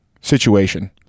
situation